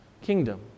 kingdom